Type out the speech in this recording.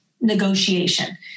Negotiation